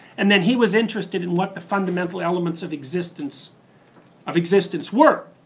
and then he was interested in what the fundamental elements of existence of existence were.